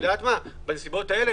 בנסיבות האלה,